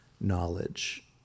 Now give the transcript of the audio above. knowledge